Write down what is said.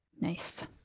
Nice